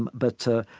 and but,